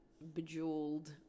bejeweled